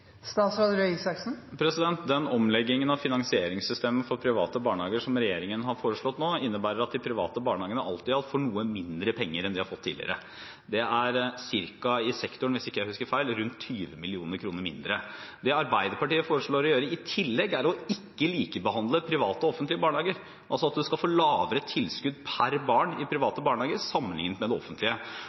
Den omleggingen av finansieringssystemet for private barnehager som regjeringen har foreslått nå, innebærer at de private barnehagene alt i alt får noe mindre penger enn de har fått tidligere. Det er i sektoren – hvis jeg ikke husker feil – ca. 20 mill. kr mindre. Det Arbeiderpartiet foreslår å gjøre i tillegg, er å ikke likebehandle private og offentlige barnehager, altså at man skal få lavere tilskudd per barn i private barnehager sammenliknet med de offentlige.